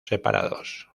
separados